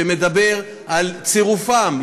שמדבר על צירופם,